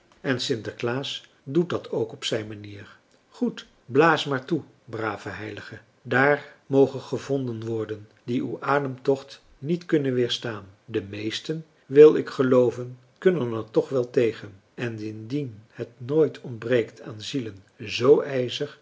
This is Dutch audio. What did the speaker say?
en sinterklaas doet dat ook op zijn manier goed blaas maar toe brave heilige daar mogen gevonden worden die uw ademtocht niet kunnen weerstaan de meesten wil ik gelooven kunnen er toch wel tegen en indien het nooit ontbreekt aan zielen z